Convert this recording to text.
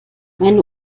meine